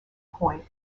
point